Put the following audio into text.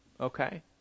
Okay